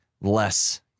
less